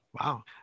Wow